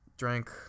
drank